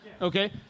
Okay